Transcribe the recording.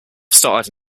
starred